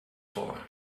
for